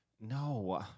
no